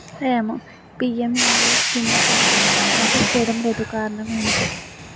PMAY స్కీమును కొన్ని బ్యాంకులు ప్రాసెస్ చేయడం లేదు కారణం ఏమిటి?